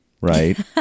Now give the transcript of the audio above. right